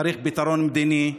צריך פתרון מדיני,